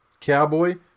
Cowboy